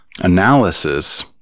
analysis